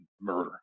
murder